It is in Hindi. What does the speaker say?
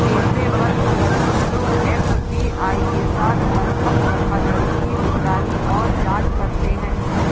पेशेवर संगठन जो एफ.बी.आई के साथ बंधक धोखाधड़ी की निगरानी और जांच करते हैं